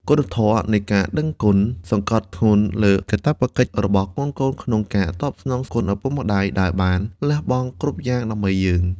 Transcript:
គុណធម៌នៃការដឹងគុណ វសង្កត់ធ្ងន់លើកាតព្វកិច្ចរបស់កូនៗក្នុងការតបស្នងគុណឪពុកម្តាយដែលបានលះបង់គ្រប់យ៉ាងដើម្បីយើង។